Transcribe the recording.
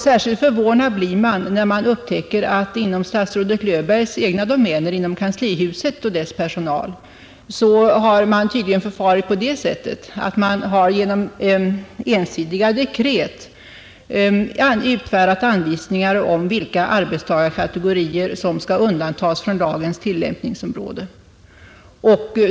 Särskilt förvånad blir man, när man upptäcker att det inom statsrådet Löfbergs egna domäner, dvs. när det gäller kanslihusets personal, tydligen har förfarits så att man genom ensidiga dekret har utfärdat anvisningar om vilka arbetstagarkategorier som skall undantas från lagens tillämpningsområde.